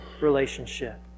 relationship